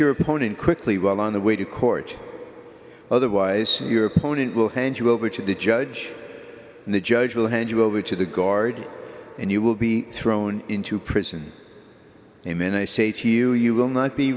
your opponent quickly while on the way to court otherwise your opponent will hand you over to the judge and the judge will hand you over to the guard and you will be thrown into prison the minute i say to you you will not be